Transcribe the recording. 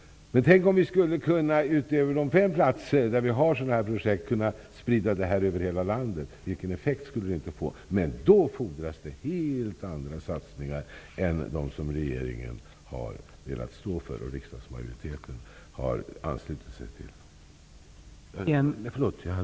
Men tänk om vi, utöver de fem platser där vi har sådana här projekt, skulle kunna sprida det här över hela landet. Vilken effekt skulle inte det få! Men då fordras det helt andra satsningar än dem som regeringen har velat stå för och som riksdagens majoritet har anslutit sig till.